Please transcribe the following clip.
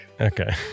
Okay